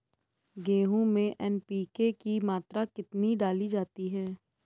गेहूँ में एन.पी.के की मात्रा कितनी डाली जाती है?